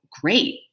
great